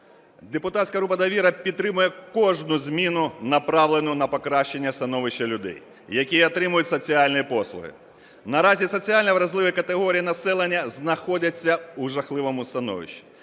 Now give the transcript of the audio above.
Депутатська група "Довіра" підтримує кожну зміну, направлену на покращення становища людей, які отримують соціальні послуги. Наразі соціально вразливі категорії населення знаходяться у жахливому становищі,